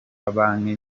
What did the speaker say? banki